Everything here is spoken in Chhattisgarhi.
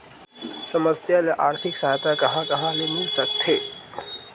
समस्या ल आर्थिक सहायता कहां कहा ले मिल सकथे?